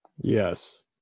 Yes